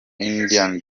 indiana